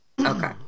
Okay